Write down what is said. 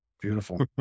Beautiful